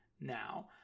now